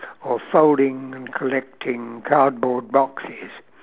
or folding and collecting cardboard boxes